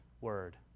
Word